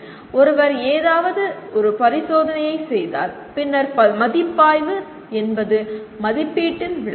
ஒருவர் ஏதாவது ஒரு பரிசோதனையைச் செய்தால் பின்னர் மதிப்பாய்வு என்பது மதிப்பீட்டின் விளக்கம்